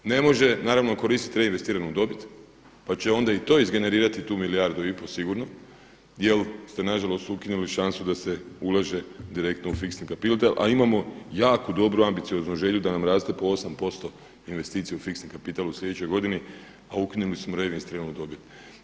Ne može naravno koristiti reinvestiranu dobit, pa će onda i to izgenerirati tu milijardu i pol sigurno, jer ste na žalost ukinuli šansu da se ulaže direktno u fiksni kapital, a imamo jako dobru ambicioznu želju da nam raste po 8% investicije u fiksni kapital u sljedećoj godini, a ukinuli smo reinvestiranu dobit.